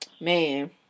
Man